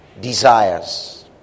desires